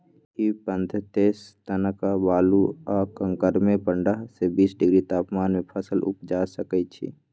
इ पद्धतिसे तनका बालू आ कंकरमें पंडह से बीस डिग्री तापमान में फसल उपजा सकइछि